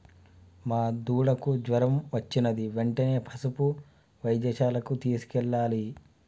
మా దూడకు జ్వరం వచ్చినది వెంటనే పసుపు వైద్యశాలకు తీసుకెళ్లాలి